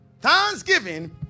thanksgiving